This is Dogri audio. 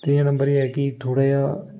त्रिया नम्बर एह् ऐ कि थोह्ड़ा जनेहा